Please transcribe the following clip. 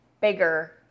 bigger